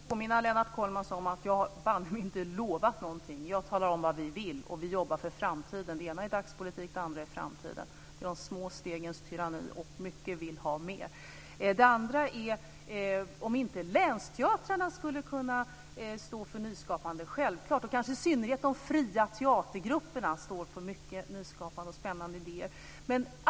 Fru talman! Först vill jag påminna Lennart Kollmats om att jag inte har lovat någonting. Jag talar om vad vi vill, och vi jobbar för framtiden. Det ena är dagspolitik. Det andra är framtiden. Det är de små stegens tyranni, och mycket vill ha mer. Lennart Kollmats undrar om inte länsteatrarna skulle kunna stå för nyskapande. Det kan de självklart. Kanske i synnerhet de fria teatergrupperna står för många nyskapande och spännande idéer.